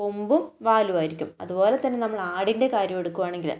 കൊമ്പും വാലുമായിരിക്കും അതുപോലെ തന്നെ നമ്മൾ ആടിൻ്റെ കാര്യം എടുക്കുവാണെങ്കിൽ